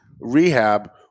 rehab